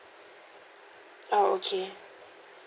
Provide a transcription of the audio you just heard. oh okay